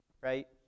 right